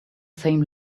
same